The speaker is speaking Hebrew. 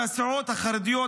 מהסיעות החרדיות,